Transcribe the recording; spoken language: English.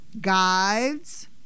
guides